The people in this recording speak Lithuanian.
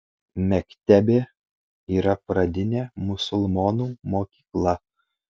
mektebė yra pradinė musulmonų mokykla